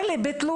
איך זה קורה?